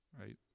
right